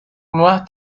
nuevas